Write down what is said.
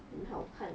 很好看 orh